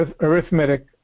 arithmetic